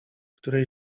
której